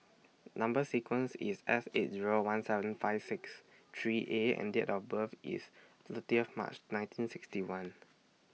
Number sequence IS S eight Zero one seven five six three A and Date of birth IS thirty of March nineteen sixty one